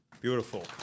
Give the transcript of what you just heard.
Beautiful